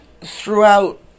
throughout